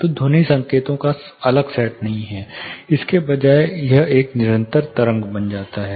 तो ध्वनि संकेतों का अलग सेट नहीं है इसके बजाय यह एक निरंतर तरंग बन जाता है